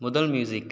முதல் மியூசிக்